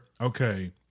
okay